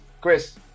Chris